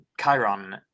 chiron